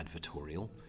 advertorial